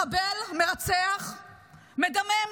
מחבל מרצח מדמם.